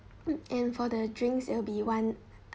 mm and for the drinks it'll be one